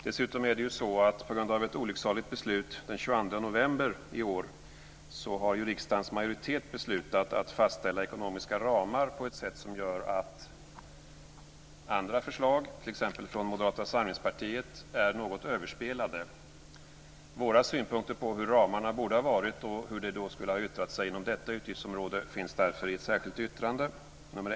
Dessutom har riksdagens majoritet, på grund av ett olycksaligt beslut den 22 november i år, beslutat att fastställa ekonomiska ramar på ett sätt som gör att andra förslag, t.ex. från Moderata samlingspartiet, är något överspelade. Våra synpunkter på hur ramarna borde ha varit och hur det då skulle ha yttrat sig inom detta utgiftsområde finns därför i ett särskilt yttrande, nr 1.